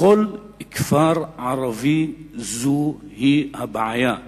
בכל כפר ערבי זו הבעיה,